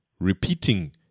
repeating